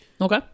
okay